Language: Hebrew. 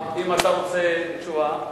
אם אתה רוצה תשובה,